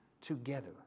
Together